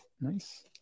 Nice